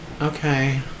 Okay